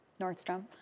Nordstrom